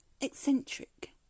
eccentric